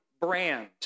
brand